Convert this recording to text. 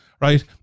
right